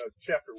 chapter